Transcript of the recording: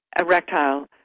erectile